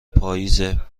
پاییزه